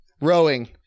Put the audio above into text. Rowing